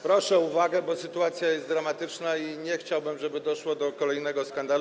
Proszę o uwagę, bo sytuacja jest dramatyczna i nie chciałbym, żeby doszło do kolejnego skandalu.